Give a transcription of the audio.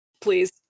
Please